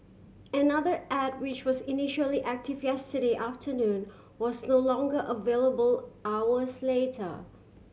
another ad which was initially active yesterday afternoon was no longer available hours later